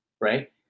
right